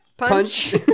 Punch